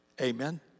Amen